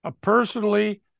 Personally